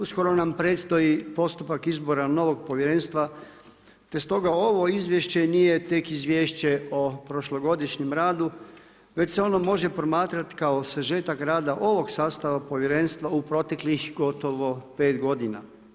Uskoro nam predstoji postupak izbora novog povjerenstva, te stoga ovo izvješće nije tek izvješće o prošlogodišnjem radu već se ono može promatrati kao sažetak rada ovog sastava povjerenstva u proteklih gotovo pet godina.